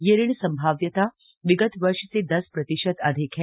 यह ऋण संभाव्यता विगत वर्ष से दस प्रतिशत अधिक है